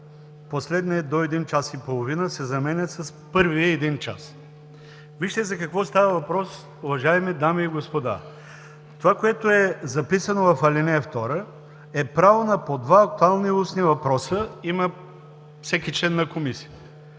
„последният до един час и половина“ да се замени с „първият един час“. Вижте за какво става въпрос, уважаеми дами и господа. Това, което е записано в ал. 2, е право на по два актуални устни въпроса, на каквито има право всеки член на комисията.